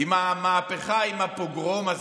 עם המהפכה, עם הפוגרום הזה,